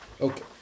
okay